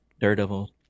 Daredevil